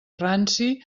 ranci